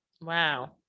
Wow